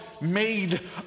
made